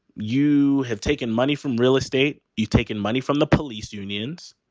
you have taken money from real estate. you've taken money from the police unions.